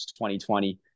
2020